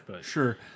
sure